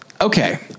okay